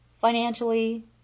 financially